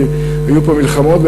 היו פה מלחמות.